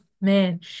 man